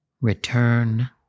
return